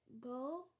Go